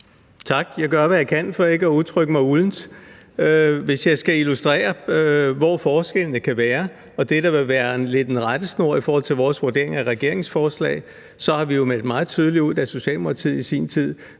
Tak. Jeg gør, hvad jeg kan, for ikke at udtrykke mig uldent. Hvis jeg skal illustrere, hvor forskellene kan være, og det, der vil være en rettesnor i forhold til vores vurdering af regeringens forslag, så har vi jo meldt meget tydeligt ud, da Socialdemokratiet i sin tid,